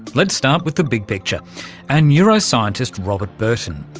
let's start with the big picture and neuroscientist robert burton,